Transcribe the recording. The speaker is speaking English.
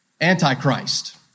Antichrist